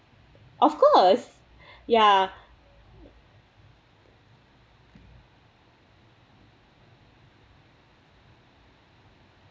of course ya